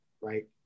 right